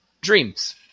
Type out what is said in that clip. dreams